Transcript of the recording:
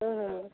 ହଁ ହଁ